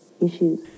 issues